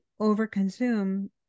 overconsume